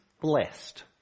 blessed